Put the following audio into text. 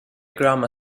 grammar